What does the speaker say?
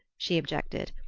she objected,